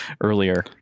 earlier